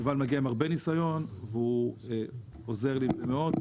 יובל מגיע עם הרבה ניסיון, והוא עוזר לי בזה מאוד.